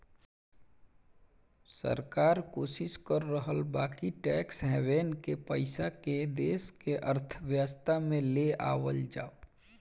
सरकार कोशिस कर रहल बा कि टैक्स हैवेन के पइसा के देश के अर्थव्यवस्था में ले आवल जाव